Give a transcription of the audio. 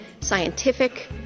scientific